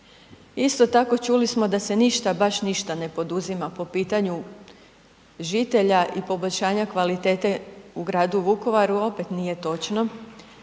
Isto tako, čuli smo da se ništa, baš ništa ne poduzima po pitanju žitelja i poboljšanja kvalitete u gradu Vukovaru, opet nije točno.